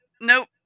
nope